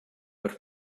but